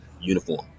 uniform